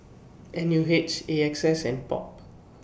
N U H A X S and POP